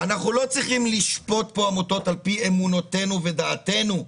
אנחנו לא צריכים לשפוט עמותות על פי אמונתנו ודעתנו.